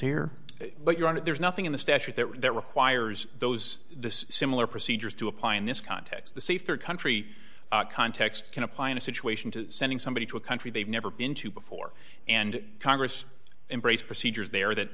here but you're on it there's nothing in the statute that requires those similar procedures to apply in this context the safer country context can apply in a situation to sending somebody to a country they've never been to before and congress embraced procedures there that